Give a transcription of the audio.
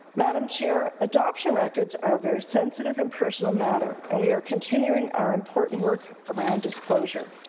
madam chair, adoption records are a very sensitive and personal matter and we are continuing our important work around disclosure.